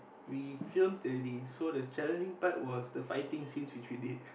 we film already so the challenging part was the fighting scenes which we did